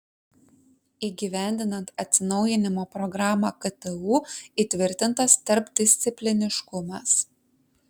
įgyvendinant atsinaujinimo programą ktu įtvirtintas tarpdiscipliniškumas